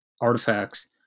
artifacts